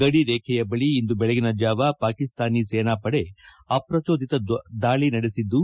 ಗಡಿರೇಬೆಯ ಬಳಿ ಇಂದು ಬೆಳಗಿನ ಜಾವ ಪಾಕಿಸ್ತಾನ ಸೇನಾವಡೆ ಅಪ್ರಜೋದಿತ ದಾಳಿ ನಡೆಸಿದ್ದು